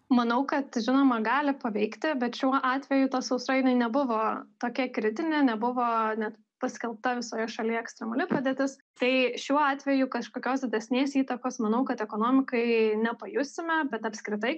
manau kad žinoma gali paveikti bet šiuo atveju ta sausra jinai nebuvo tokia kritinė nebuvo net paskelbta visoje šalyje ekstremali padėtis tai šiuo atveju kažkokios didesnės įtakos manau kad ekonomikai nepajusime bet apskritai